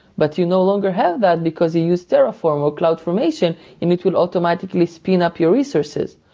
but you no longer have that, because you use terraform or cloudformation and it will automatically spin up your resources.